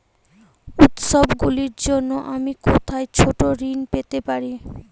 উত্সবগুলির জন্য আমি কোথায় ছোট ঋণ পেতে পারি?